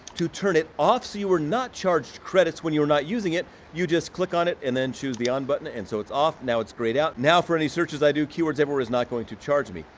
to turn it off, so you're not charged credits when you're not using it. you just click on it and then choose the on button and so it's off now it's grayed out. now for any searches i do, keywords everywhere is not going to charge me.